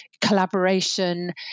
collaboration